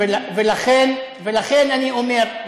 ולכן אני אומר,